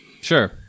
Sure